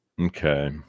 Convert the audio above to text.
Okay